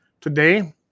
today